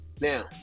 now